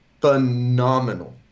Phenomenal